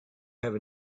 have